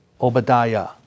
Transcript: Obadiah